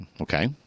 Okay